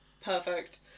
Perfect